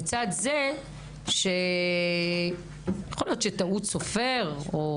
לצד זה יכול להיות טעות סופר, או